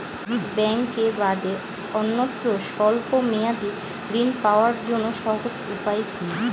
ব্যাঙ্কে বাদে অন্যত্র স্বল্প মেয়াদি ঋণ পাওয়ার জন্য সহজ উপায় কি?